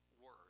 word